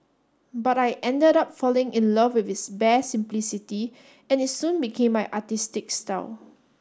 but I ended up falling in love with its bare simplicity and it soon became my artistic style